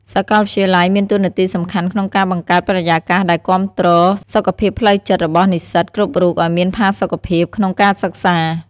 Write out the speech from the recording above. សាកលវិទ្យាល័យមានតួនាទីសំខាន់ក្នុងការបង្កើតបរិយាកាសដែលគាំទ្រសុខភាពផ្លូវចិត្តរបស់និស្សិតគ្រប់រូបឱ្យមានផាសុកភាពក្នុងការសិក្សា។